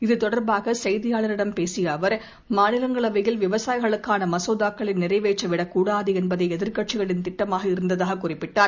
இது தொடர்பாக செய்தியாளர்களிடம் பேசிய அவர் மாநிலங்களவையில் விவசாயிகளுக்காள மசோதாக்களை நிறைவேற்ற விடக் கூடாது என்பதே எதிர்க்கட்சிகளின் திட்டமாக இருந்ததாக குறிப்பிட்டார்